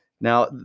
Now